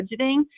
budgeting